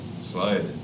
slide